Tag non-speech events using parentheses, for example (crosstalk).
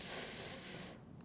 (noise)